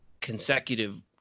consecutive